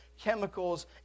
chemicals